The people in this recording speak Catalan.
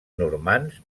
normands